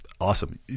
Awesome